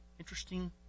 Interesting